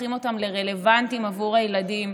הופכים אותם לרלוונטיים עבור הילדים,